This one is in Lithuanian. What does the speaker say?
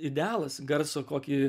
idealas garso kokį